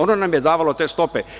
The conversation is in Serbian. Ono nam je davalo te stope.